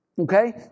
Okay